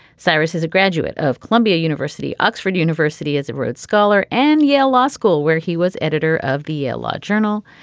cyrus is a graduate of columbia university oxford university as a rhodes scholar and yale law school where he was editor of the yale law journal.